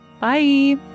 bye